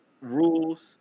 rules